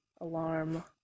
alarm